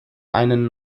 einen